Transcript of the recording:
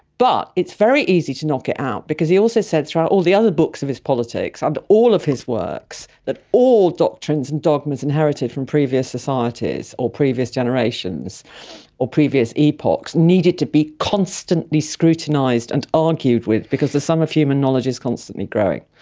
but it's very easy to knock it out because he also said throughout all the other books of his politics um and all of his works that all doctrines and dogmas inherited from previous societies or previous generations or previous epochs needed to be constantly scrutinised and argued with because the sum of human knowledge is constantly growing.